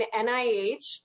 NIH